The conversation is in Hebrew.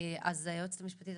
אז היועצת המשפטית,